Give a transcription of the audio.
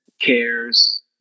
cares